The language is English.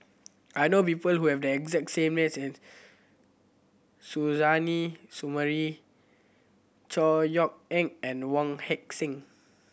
I know people who have the exact same name Suzairhe Sumari Chor Yeok Eng and Wong Heck Sing